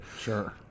Sure